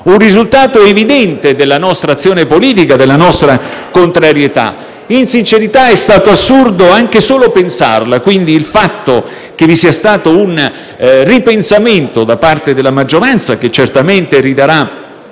un risultato evidente della nostra azione politica e della nostra contrarietà. In sincerità, è stato assurdo anche solo pensare tale norma e, quindi, il fatto che vi sia stato un ripensamento da parte della maggioranza, che certamente ridarà